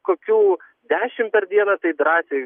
kokių dešimt per dieną tai drąsiai